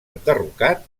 enderrocat